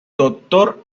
doctor